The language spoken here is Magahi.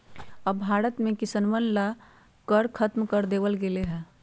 अब भारत में किसनवन ला कर खत्म कर देवल गेले है